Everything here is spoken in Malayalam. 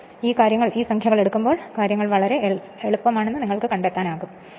നിങ്ങൾ ആ സമയത്ത് സംഖ്യകൾ എടുക്കുമ്പോൾ കാര്യങ്ങൾ വളരെ എളുപ്പമാണെന്ന് നിങ്ങൾ കണ്ടെത്തും